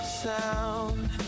sound